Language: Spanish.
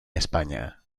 españa